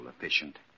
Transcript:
efficient